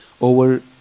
over